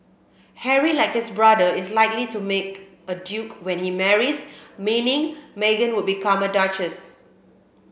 Harry like his brother is likely to be made a duke when he marries meaning Meghan would become a duchess